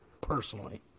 personally